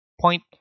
point